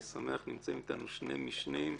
אני שמח, נמצאים אתנו שני משנים: